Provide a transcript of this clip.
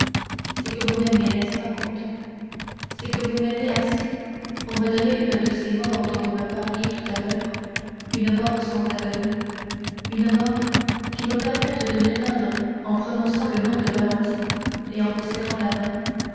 c'est que vous m'aimez n'est-ce pas comte c'est que vous m'aimez assez pour me donner une de ces morts dont vous me parliez tout à l'heure une mort sans agonie une mort qui me permette de m'éteindre en prononçant le nom de valentine et en vous serrant la main